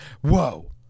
Whoa